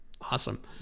Awesome